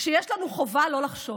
שיש לנו חובה לא לחשוש,